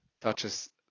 touches